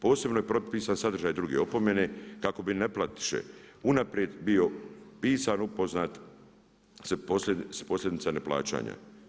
Posebno je propisan sadržaj druge opomene kako bi neplatiše unaprijed bio pisano upoznat … posljedice neplaćanja.